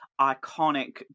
iconic